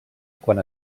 quan